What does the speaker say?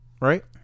Right